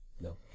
no